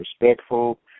respectful